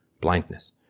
blindness